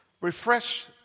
refresh